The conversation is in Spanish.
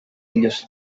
ellos